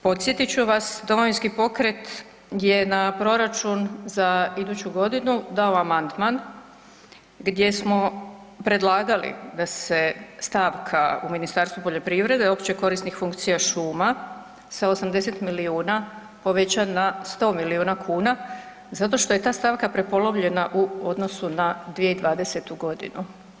Podsjetit ću vas Domovinski pokret je na proračun za iduću godinu dao amandman gdje smo predlagali da se stavka u Ministarstvu poljoprivrede općekorisnih funkcija šuma sa 80 milijuna poveća na 100 milijuna kuna zato što je ta stavka prepolovljena u odnosu na 2020. godinu.